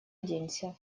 оденься